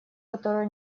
которую